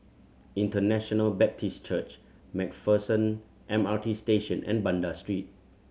International Baptist Church Macpherson M R T Station and Banda Street